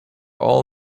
all